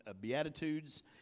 Beatitudes